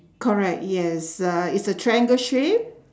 correct yes uhh it's a triangle shape